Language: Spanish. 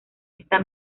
esta